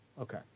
Okay